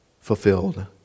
fulfilled